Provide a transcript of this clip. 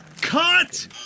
Cut